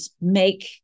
make